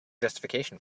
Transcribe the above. justification